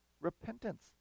repentance